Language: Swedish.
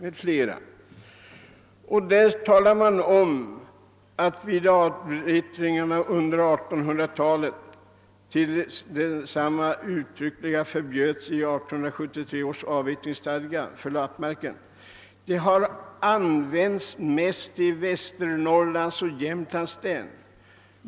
I detta betänkande talade man om att de avyttringar, som skedde under 1800-talet tills de förbjöds genom 1873 års avyttringsstadga för Lappmarken, mest ägde rum i Västernorrlands och Jämlands län.